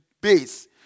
base